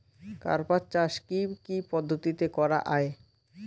কার্পাস চাষ কী কী পদ্ধতিতে করা য়ায়?